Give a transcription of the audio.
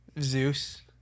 Zeus